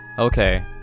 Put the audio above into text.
Okay